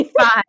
five